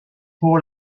pour